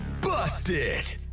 busted